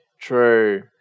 True